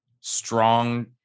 strong